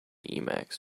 emacs